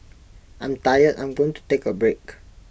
I'm tired I'm going to take A break